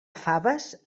faves